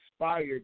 inspired